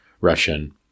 Russian